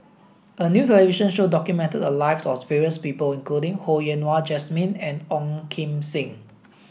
a new television show documented the lives of various people including Ho Yen Wah Jesmine and Ong Kim Seng